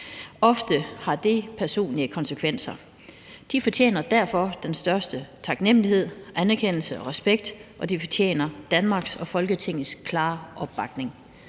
Ofte har det personlige konsekvenser. De fortjener derfor den største taknemlighed, anerkendelse og respekt, og de fortjener Danmarks og Folketingets klare opbakning.